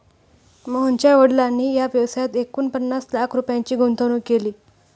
मोहनच्या वडिलांनी या व्यवसायात एकूण पन्नास लाख रुपयांची गुंतवणूक केली